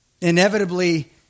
inevitably